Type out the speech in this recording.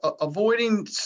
avoiding